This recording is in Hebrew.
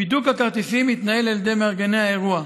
בידוק הכרטיסים התנהל על ידי מארגני האירוע.